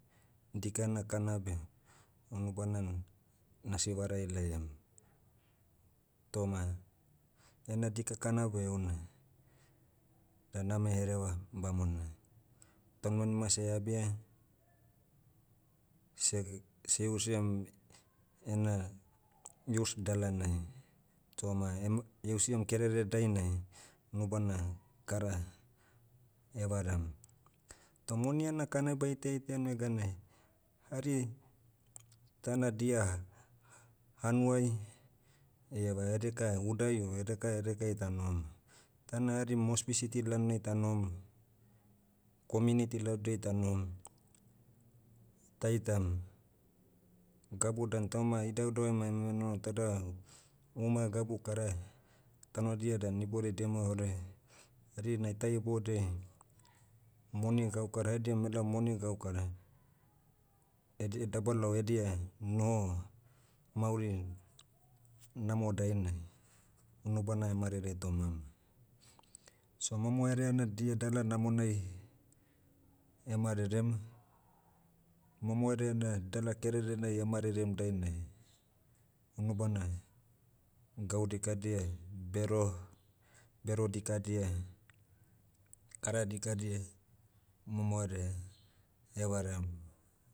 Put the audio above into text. Dika ena kana beh, unubana, n- nasivarai laiam. Toma, ena dika kana beh houna, da name hereva, bamona. Taunmanima seh eabia, se- seiusiam ena use dalanai. Toma em- iusiam kerere dainai, unubana, kara, evaram. Toh moni ena kana baita itaia neganai, hari, tana dia, hanuai, eieva edeka udai o edeka edekai tanohom, tana hari mosbi city lalonai tanohom, community laodiai tanohom, taitam, gabu dan tauma idauidau emaim enoho tada, uma gabu kara, tanodia dan ibodia deme ore. Hari na ita ibodiai, moni gaukara edihom elaom moni gaukara, edia- dabalao edia, noho, mauri, namo dainai, unubana marere tomam. So momoherea na dia dala namonai, marerem, momoherea na dala kererenai marerem dainai, unubana, gau dikadia, bero- bero dikadia, kara dikadia, momoherea, evaram